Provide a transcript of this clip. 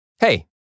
Hey